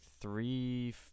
three